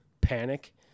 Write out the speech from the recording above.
Panic